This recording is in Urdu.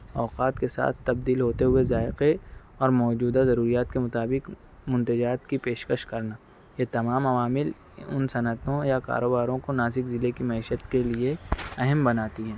اوقات کے ساتھ تبدیل ہوتے ہوئے ذائقے اور موجودہ ضروریات کے مطابق مندرجات کی پیشکش کرنا یہ تمام عوامل ان صنعتوں یا کاروباروں کو ناسک ضلعے کی معیشت کے لیے اہم بناتی ہیں